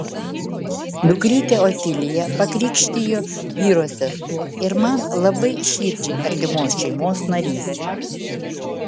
dukrytę otiliją pakrikštijo vyro sesuo ir man labai širdžiai artimos šeimos narys